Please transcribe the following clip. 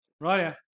right